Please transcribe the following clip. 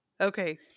Okay